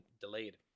delayed